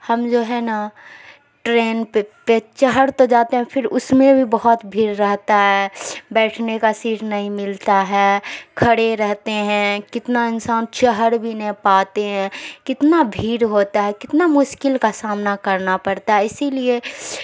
ہم جو ہے نا ٹرین پہ پہ چڑھ تو جاتے ہیں پھر اس میں بھی بہت بھیڑ رہتا ہے بیٹھنے کا سیٹ نہیں ملتا ہے کھڑے رہتے ہیں کتنا انسان چڑھ بھی نہیں پاتے ہیں کتنا بھیڑ ہوتا ہے کتنا مشکل کا سامنا کرنا پڑتا ہے اسی لیے